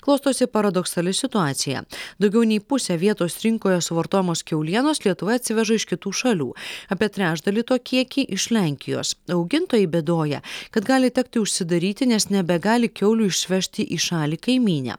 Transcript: klostosi paradoksali situacija daugiau nei pusę vietos rinkoje suvartojamos kiaulienos lietuva atsiveža iš kitų šalių apie trečdalį to kiekį iš lenkijos augintojai bėdoja kad gali tekti užsidaryti nes nebegali kiaulių išvežti į šalį kaimynę